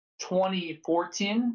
2014